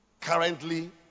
Currently